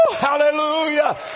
Hallelujah